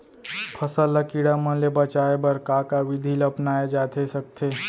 फसल ल कीड़ा मन ले बचाये बर का का विधि ल अपनाये जाथे सकथे?